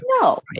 No